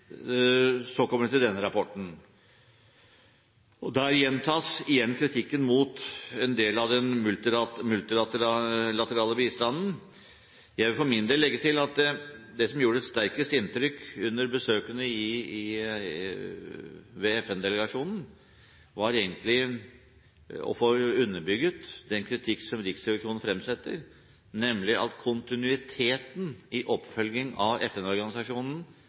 så kommer vi til denne rapporten. Der gjentas kritikken mot en del av den multilaterale bistanden. Jeg vil for min del legge til at det som gjorde sterkest inntrykk under besøkene ved FN-delegasjonen, var egentlig å få underbygget den kritikk som Riksrevisjonen fremsetter, nemlig at kontinuiteten i oppfølgingen av